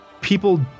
People